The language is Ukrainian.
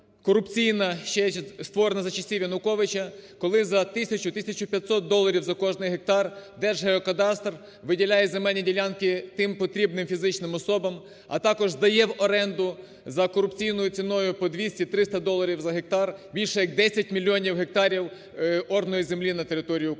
корупційна створена за часів Януковича, коли за тисячу – тисячу 500 доларів за кожний гектар Держгеокадастр виділяє земельні ділянки тим потрібним фізичним особам, а також дає в оренду за корупційною ціною по 200-300 доларів за гектар більше як 10 мільйонів гектарів ораної землі на території України.